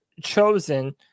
chosen